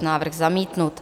Návrh zamítnut.